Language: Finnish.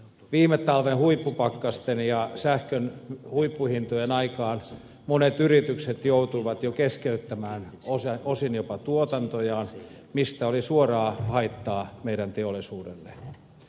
viime talven huippupakkasten ja sähkön huippuhintojen aikaan monet yritykset joutuivat jo keskeyttämään osin jopa tuotantojaan mistä oli suoraa haittaa meidän teollisuudelle